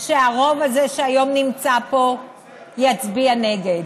שהרוב הזה שהיום נמצא פה יצביע נגד,